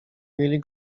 mieli